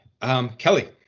Kelly